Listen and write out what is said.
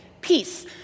peace